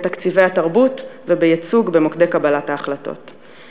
בתקציבי התרבות ובייצוג במוקדי קבלת ההחלטות,